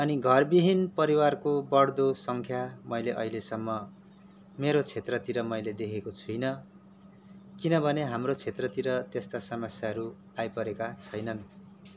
अनि घ विहीन परिवारको बढ्दो सङ्ख्या मैले अहिलेसम्म मेरो क्षेत्रतिर मैले देखेको छुइनँ किनभने हाम्रो क्षेत्रतिर त्यस्ता समस्याहरू आइपरेका छैनन्